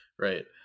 Right